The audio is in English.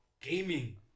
gaming